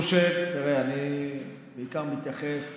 אני חושב, תראה, אני בעיקר מתייחס